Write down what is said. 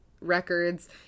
records